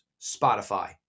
Spotify